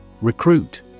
Recruit